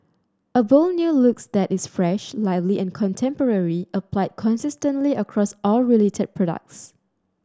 a bold new looks that is fresh lively and contemporary applied consistently across all related products